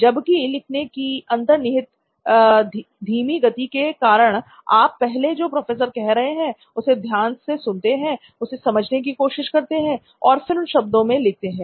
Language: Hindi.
जबकि लिखने की अंतर्निहित धीमी गति के कारण आप पहले जो प्रोफेसर कह रहे हैं उसे ध्यान से सुनते हैं उसे समझने की कोशिश करते हैं और फिर अपने शब्दों में लिखते हैं